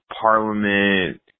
Parliament